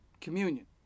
communion